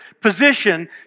position